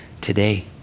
today